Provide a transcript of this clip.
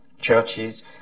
churches